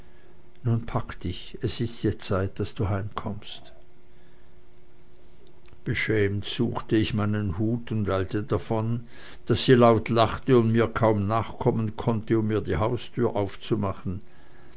nun pack dich es ist jetzt zeit daß du heimkommst beschämt suchte ich meinen hut und eilte davon daß sie laut lachte und mir kaum nachkommen konnte um mir die haustüre auf